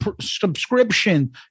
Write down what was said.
subscription